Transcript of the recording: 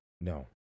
no